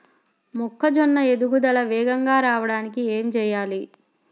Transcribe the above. మొక్కజోన్న ఎదుగుదల వేగంగా రావడానికి ఏమి చెయ్యాలి?